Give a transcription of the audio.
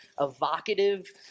evocative